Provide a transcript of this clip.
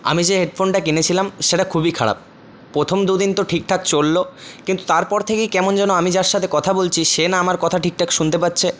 আমি যে হেডফোনটা কিনেছিলাম সেটা খুবই খারাপ প্রথম দুদিন তো ঠিকঠাক চললো কিন্তু তারপর থেকেই কেমন যেন আমি যার সাথে কথা বলছি সে না আমার কথা ঠিকঠাক শুনতে পাচ্ছে